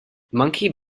monkey